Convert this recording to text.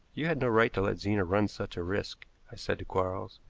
you had no right to let zena ran such a risk, i said to quarles.